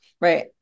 right